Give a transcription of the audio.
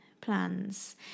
plans